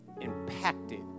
impacted